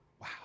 Wow